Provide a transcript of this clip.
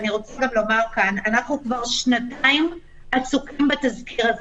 כבר שנתיים אנחנו עסוקים בתזכיר הזה,